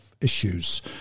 issues